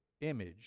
image